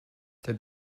der